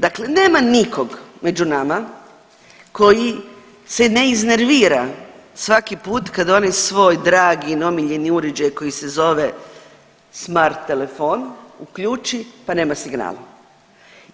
Dakle nema nikog među nama koji se ne iznervira svaki put kad onaj svoj dragi omiljeni uređaj koji se zove smart telefon uključi, pa nema signal